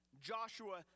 Joshua